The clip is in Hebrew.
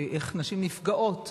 ואיך נשים נפגעות.